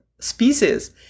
species